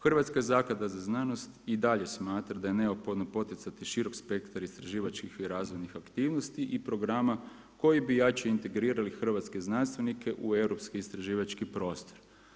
Hrvatska zaklada za znanost i dalje smatra da je neophodno poticati širok spektar istraživačkih i razvojnih aktivnosti i programa koji bi jače integrirali hrvatske znanstvenike u Europski istraživački prostor.